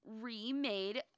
remade